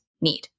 need